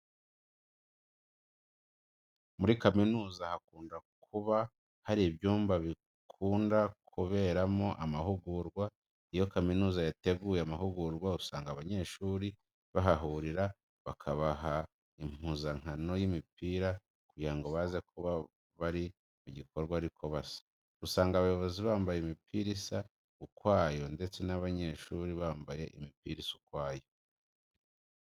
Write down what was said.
Muri kaminuza hakunda kuba hari ibyumba bikunda kuberamo amahurwa. Iyo kaminuza yateguye amahugurwa usanga abanyeshuri bahahurira bakabaha impuzankano y'imipira kugira ngo baze kuba bari mu gikorwa ariko basa. Usanga abayobozi bambaye imipira isa ukwayo ndetse n'abanyeshuri bambaye imipira isa ukwayo.